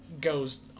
goes